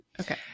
Okay